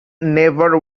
never